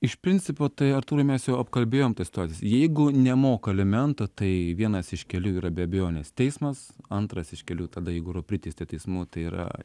iš principo tai artūrai mes jau apkalbėjom tas situacijas jeigu nemoka alimentų tai vienas iš kelių yra be abejonės teismas antras iš kelių tada jeigu yra priteisti teismų tai yra